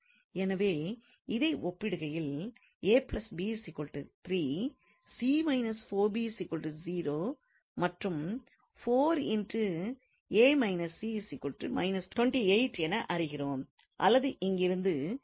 எனவே இதை ஒப்பிடுகையில் மற்றும் என அறிகிறோம் அல்லது இங்கிருந்து என்று கூறலாம்